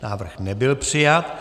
Návrh nebyl přijat.